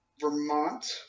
Vermont